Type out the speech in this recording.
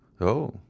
Oh